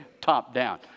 Top-down